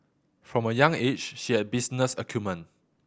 from a young age she had business acumen